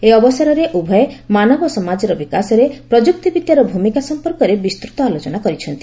ଏହି ଅବସରରେ ଉଭୟେ ମାନବ ସମାଜର ବିକାଶରେ ପ୍ରଯୁକ୍ତିବିଦ୍ୟାର ଭୂମିକା ସଫପର୍କରେ ବିସ୍ତୃତ ଆଲୋଚନା କରିଛନ୍ତି